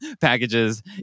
packages